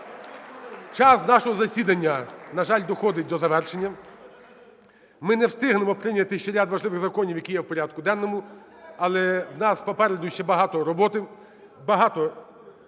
Час нашого засідання, на жаль, доходить до завершення. Ми не встигнемо прийняти ще ряд важливих законів, які є в порядку денному. Але у нас попереду ще багато роботи, багато